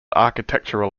architectural